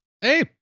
hey